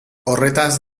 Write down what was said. horretaz